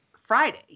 Friday